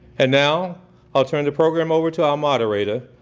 and now i'll turn the program over to our moderator,